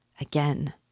Again